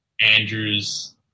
Andrews